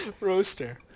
Roaster